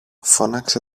φώναξε